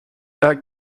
quelle